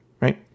Right